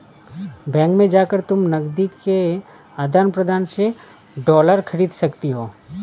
bank में जाकर तुम नकदी के आदान प्रदान से डॉलर खरीद सकती हो